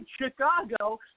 Chicago